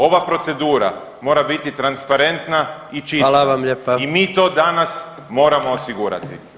Ova procedura mora biti transparentna i čista [[Upadica: Hvala vam lijepa.]] i mi to danas moramo osigurati.